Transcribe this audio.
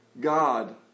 God